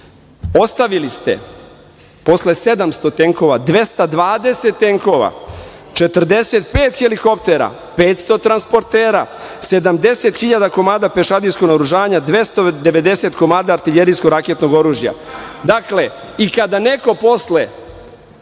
ostavili ste posle 700 tenkova 220 tenkova, 45 helikoptera, 500 transportera, 70.000 komada pešadijskog naoružanja, 290 komada artiljerijskog raketnog oružja. Dakle, kada neko posle